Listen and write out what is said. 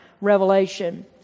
revelation